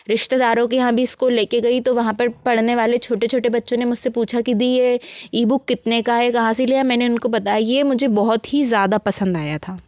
रिश्तेदारों के यहाँ भी इसको ले के गई तो वहाँ पर पढ़ने वाले छोटे छोटे बच्चों ने मुझ से पूछा कि दी ये ईबूक कितने का है कहाँ से लिया मैंने उनको बताया ये मुझे बहुत ही ज़्यादा पसंद आया था